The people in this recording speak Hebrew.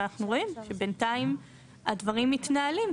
ואנחנו רואים שבינתיים הדברים מתנהלים.